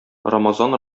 рамазан